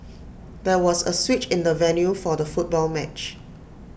there was A switch in the venue for the football match